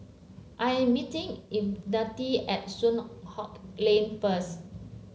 I am meeting Ivette at Soon Hock Lane first